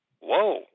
Whoa